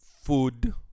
food